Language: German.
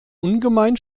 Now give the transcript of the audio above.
ungemein